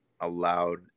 allowed